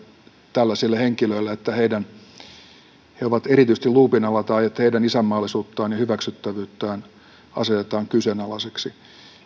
tällaisille henkilöille ennakkokäsityksiä että he ovat erityisesti luupin alla tai että heidän isänmaallisuuttaan ja hyväksyttävyyttään asetetaan kyseenalaiseksi